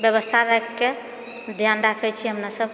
व्यवस्था राखिके ध्यान राखए छिऐ हमरासब